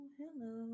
hello